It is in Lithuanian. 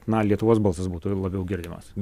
na lietuvos balsas būtų labiau girdimas